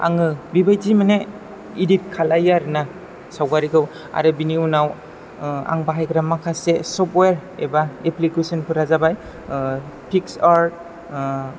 आङो बेबायदि माने इदिद खालामो आरो ना सावगारिखौ आरो बिनि उनाव आं बाहायग्रा माखासे सफ्टवेर एबा एप्लिकेसनफोरा जाबाय पिक्स आर्थ